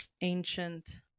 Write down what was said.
ancient